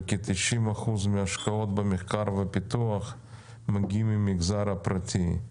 וכ-90% מההשקעות במחקר ובפיתוח מגיעות מהמגזר הפרטי.